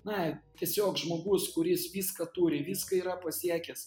na tiesiog žmogus kuris viską turi viską yra pasiekęs